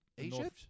Egypt